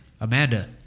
Amanda